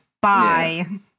bye